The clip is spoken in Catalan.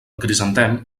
crisantem